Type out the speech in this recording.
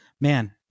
man